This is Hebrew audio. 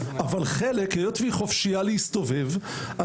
אבל היות והיא חופשיה להסתובב,